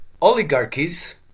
oligarchies